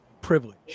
privilege